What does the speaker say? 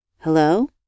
Hello